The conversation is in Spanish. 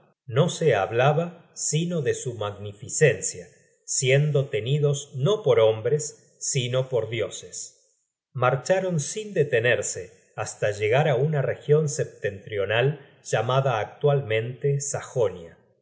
no se hablaba sino de su magnificencia siendo tenidos no por hombres sino por dioses marcharon sin detenerse hasta llegar á una region setentrional llamada actualmente sajonia